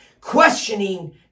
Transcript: Questioning